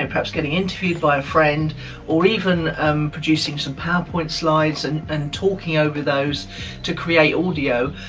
and perhaps getting interviewed by a friend or even producing some powerpoint slides and and talking over those to create audio.